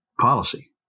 policy